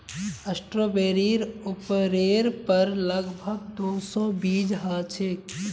स्ट्रॉबेरीर उपरेर पर लग भग दो सौ बीज ह छे